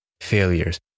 failures